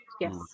Yes